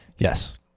Yes